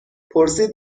پرسید